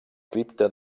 cripta